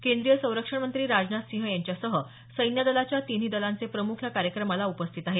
केंद्रीय संरक्षण मंत्री राजनाथ सिंह यांच्यासह सैन्य दलाच्या तिन्ही दलांचे प्रमुख या कार्यक्रमाला उपस्थित आहेत